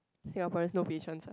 Singaporeans no patience ah